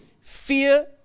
Fear